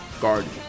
Garden